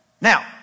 Now